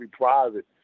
private